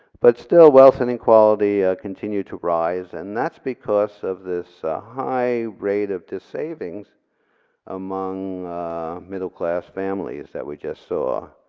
but still wealth an equality continue to rise, and that's because of this high rate of the savings among middle class families that we just saw.